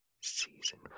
Season